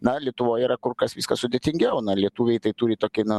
na lietuvoj yra kur kas viskas sudėtingiau na lietuviai tai turi tokį na